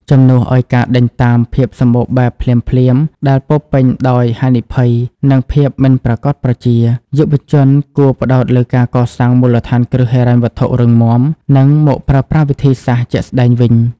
ជំនួសឱ្យការដេញតាមភាពសម្បូរបែបភ្លាមៗ ដែលពោរពេញដោយហានិភ័យ និងភាពមិនប្រាកដប្រជា យុវជនគួរផ្តោតលើការកសាងមូលដ្ឋានគ្រឹះហិរញ្ញវត្ថុរឹងមាំ និងមកប្រើប្រាស់វិធីសាស្រ្តជាក់ស្តែងវិញ។